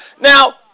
Now